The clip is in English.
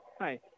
Hi